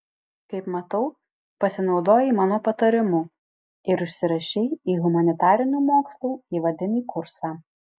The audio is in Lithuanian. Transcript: kaip matau pasinaudojai mano patarimu ir užsirašei į humanitarinių mokslų įvadinį kursą